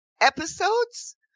episodes